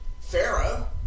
Pharaoh